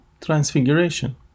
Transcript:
Transfiguration